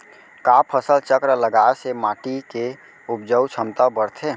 का फसल चक्र लगाय से माटी के उपजाऊ क्षमता बढ़थे?